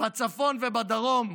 בצפון ובדרום,